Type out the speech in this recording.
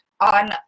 on